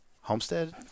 Homestead